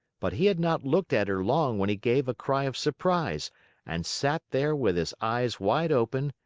but he had not looked at her long when he gave a cry of surprise and sat there with his eyes wide open,